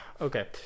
Okay